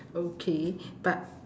okay but